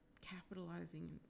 capitalizing